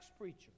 preacher